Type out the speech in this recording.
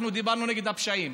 אנחנו דיברנו נגד הפשעים.